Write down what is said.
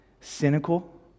cynical